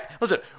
Listen